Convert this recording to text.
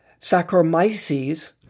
Saccharomyces